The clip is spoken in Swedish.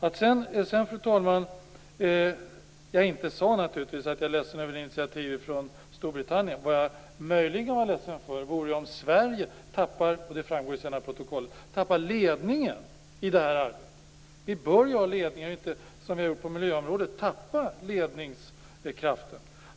Jag sade naturligtvis inte, fru talman, att jag var ledsen över initiativ från Storbritannien. Vad jag möjligen skulle vara ledsen för, och det kommer att framgå av protokollet, var om Sverige tappade ledningen i det här arbetet. Vi bör ha ledningen och inte som vi har gjort på miljöområdet tappa ledningskraften.